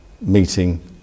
meeting